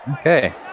Okay